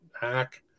hack